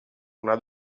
una